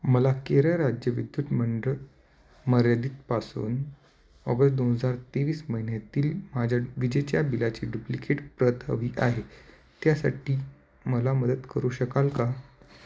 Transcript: मला केरळ राज्य विद्युत मंडळ मर्यादितपासून ऑगस्ट दोन हजार तेवीस महिन्यातील माझ्या विजेच्या बिलाची डुप्लिकेट प्रत हवी आहे त्यासाठी मला मदत करू शकाल का